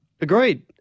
Agreed